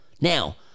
Now